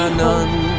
none